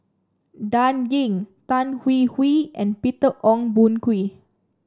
Dan Ying Tan Hwee Hwee and Peter Ong Boon Kwee